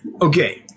Okay